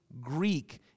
Greek